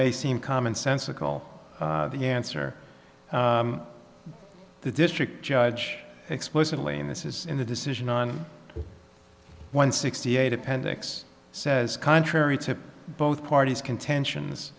may seem common sensical the answer the district judge explicitly and this is in the decision on one sixty eight appendix says contrary to both parties contentions